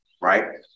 right